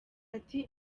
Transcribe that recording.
ati